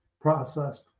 processed